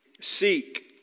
Seek